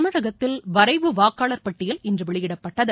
தமிழகத்தில் வரைவு வாக்காளர் பட்டியல் இன்று வெளியிடப்பட்டது